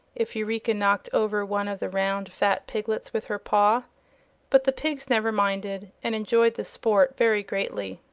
if eureka knocked over one of the round, fat piglets with her paw but the pigs never minded, and enjoyed the sport very greatly.